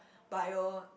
bio